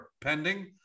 pending